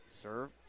serve